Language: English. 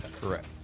Correct